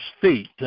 feet